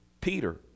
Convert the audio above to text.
Peter